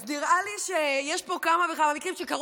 אז נראה לי שיש פה כמה וכמה מקרים,